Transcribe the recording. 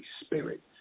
Spirit